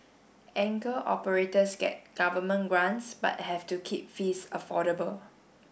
anchor operators get government grants but have to keep fees affordable